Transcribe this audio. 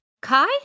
Kai